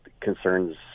concerns